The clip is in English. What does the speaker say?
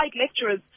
lecturers